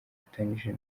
afatanije